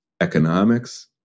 economics